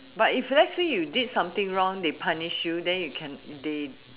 but if let's say you did something wrong they punish you then you can they